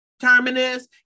terminus